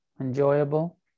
enjoyable